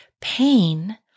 Pain